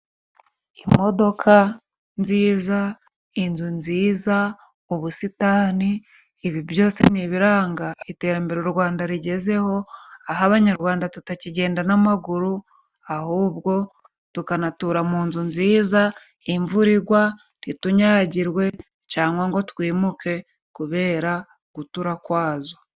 Imodoka nziza, inzu nziza, ubusitani, ibi byose ni ibiranga iterambere u Rwanda rigezeho, aha abanyarwanda tutakigenda n'amaguru, ahubwo tukanatura mu nzu nziza, imvura igwa ntitunnyayagirwe, cangwa ngo twimuke kubera gutura kwazo.